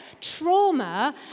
trauma